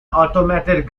automated